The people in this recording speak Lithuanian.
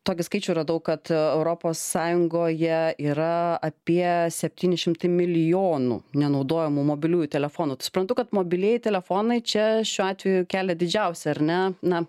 tokį skaičių radau kad europos sąjungoje yra apieseptyni šimtai milijonų nenaudojamų mobiliųjų telefonų tai suprantu kad mobilieji telefonai čia šiuo atveju kelia didžiausią ar ne na